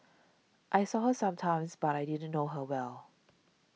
I saw her sometimes but I didn't know her well